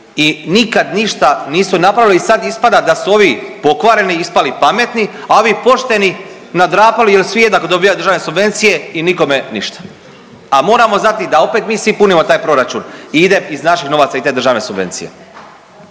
i nikad ništa nisu napravili i sad ispada da su ovi pokvareni ispali pametni, a ovi pošteni nadrapali jer svi jednako dobijaju državne subvencije i nikome ništa, a moramo znati da opet mi svi punimo taj proračun i ide iz naših novaca i te državne subvencije.